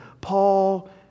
Paul